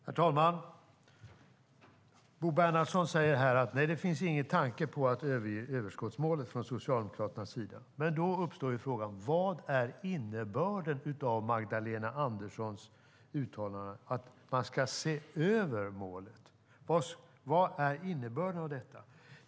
Herr talman! Bo Bernhardsson säger att Socialdemokraterna inte har någon tanke på att överge överskottsmålet. Då uppstår frågan: Vad är innebörden av Magdalena Anderssons uttalanden om att man ska se över målet?